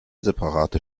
separate